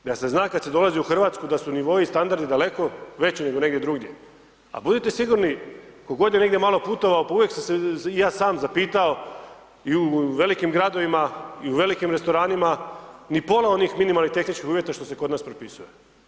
Da se zna kad se dolazi u Hrvatsku da su nivoi i standardi daleko veći nego negdje drugdje, a budite sigurni tko god je negdje malo putovao, pa uvijek su se, i ja sam zapitao, i u velikim gradovima, i u velikim restoranima, ni pola onih minimalnih tehničkih uvjeta što se kod nas propisuje.